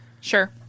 Sure